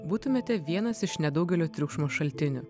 būtumėte vienas iš nedaugelio triukšmo šaltinių